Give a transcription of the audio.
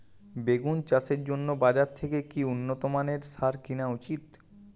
বেগুন চাষের জন্য বাজার থেকে কি উন্নত মানের সার কিনা উচিৎ?